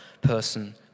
person